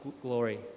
glory